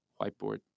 whiteboard